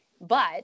But-